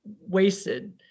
wasted